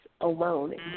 alone